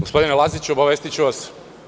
Gospodine Laziću, obavestiću vas.